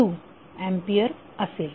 2 ampere असेल